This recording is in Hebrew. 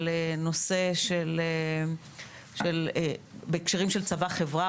על הנושא בהקשרים של צבא-חברה,